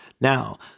Now